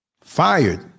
fired